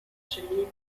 chemie